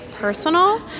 personal